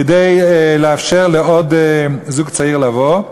כדי לאפשר לעוד זוג צעיר לבוא.